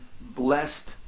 blessed